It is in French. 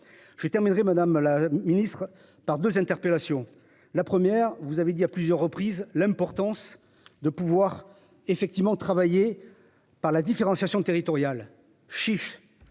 Je terminerai, madame la Ministre par 2 interpellations. La première, vous avez dit à plusieurs reprises l'importance de pouvoir effectivement travailler par la différenciation territoriale chiche